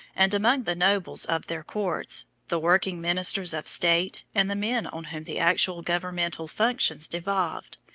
and among the nobles of their courts, the working ministers of state, and the men on whom the actual governmental functions devolved,